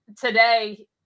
today